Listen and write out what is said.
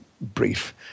brief